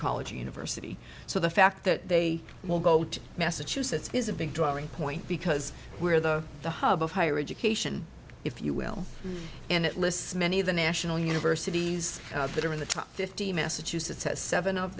college or university so the fact that they will go to massachusetts is a big drawing point because we're the the hub of higher education if you will and it lists many of the national universities that are in the top fifty massachusetts has seven of